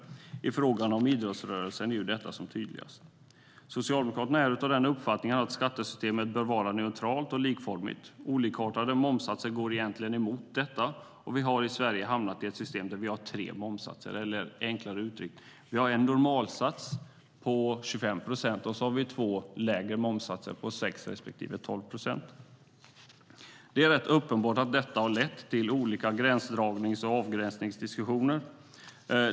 I fråga om idrottsrörelsen är detta som tydligast. Socialdemokraterna är av den uppfattningen att skattesystemet bör vara neutralt och likformigt. Olikartade momssatser går egentligen emot detta. Vi har i Sverige hamnat i ett system där vi har tre momssatser, eller enklare uttryckt: Vi har en normal momssats på 25 procent och två lägre momssatser på 6 respektive 12 procent. Det är rätt uppenbart att detta har lett till olika gränsdragnings och avgränsningsdiskussioner.